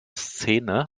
szene